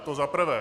To za prvé.